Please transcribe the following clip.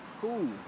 Cool